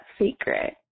secret